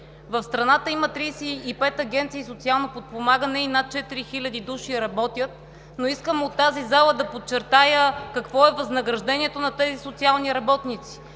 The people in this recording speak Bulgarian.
В страната има 35 агенции за социално подпомагане и над 4000 души работят, но искам от тази зала да подчертая какво е възнаграждението на тези социални работници.